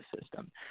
system